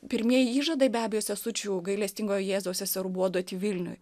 pirmieji įžadai be abejo sesučių gailestingojo jėzaus seserų buvo duoti vilniuj